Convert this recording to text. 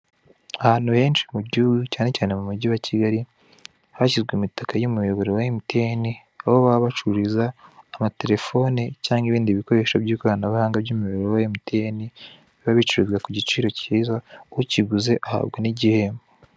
Ahantu henshi mu gihugu, cyane cyane mu mujyi wa Kigali, hashyizwe imitaka y'umuyoboro wa emutiyeni, aho baba bacururiza amatelefoni cyangwa ibindi bikoresho by'ikoranabuhanga by'umuyoboro wa emutiyeni, biba bicuruzwa ku giciro cyiza. Ukiguze ahabwa n'igihembo.